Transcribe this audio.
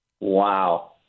Wow